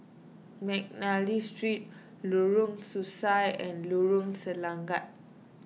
McNally Street Lorong Sesuai and Lorong Selangat